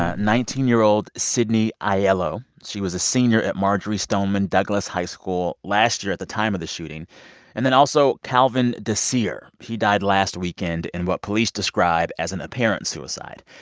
ah nineteen year old sydney aiello she was a senior at marjory stoneman douglas high school last year, at the time of the shooting and then also calvin desir. he died last weekend in what police describe as an apparent suicide.